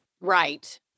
Right